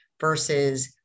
versus